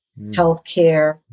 healthcare